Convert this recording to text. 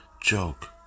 joke